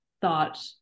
thought